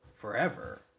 forever